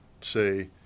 say